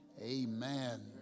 Amen